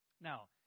Now